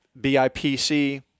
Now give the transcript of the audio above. BIPC